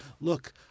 look